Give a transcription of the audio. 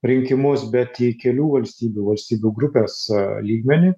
rinkimus bet į kelių valstybių valstybių grupės lygmenį